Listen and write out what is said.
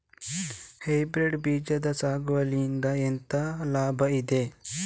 Hybrid ಬೀಜದ ಸಾಗುವಳಿಯಿಂದ ಎಂತ ಲಾಭ ಇರ್ತದೆ?